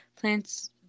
plants